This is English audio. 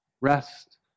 rest